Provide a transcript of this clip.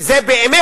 כי זה באמת